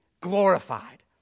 glorified